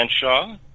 Shaw